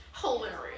Hilarious